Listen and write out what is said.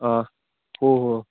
ꯑꯥ ꯍꯣꯏ ꯍꯣꯏ